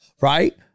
Right